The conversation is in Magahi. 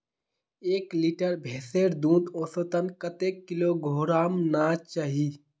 एक लीटर भैंसेर दूध औसतन कतेक किलोग्होराम ना चही?